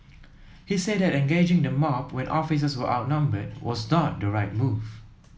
he said that engaging the mob when officers were outnumbered was not the right move